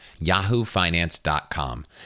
yahoofinance.com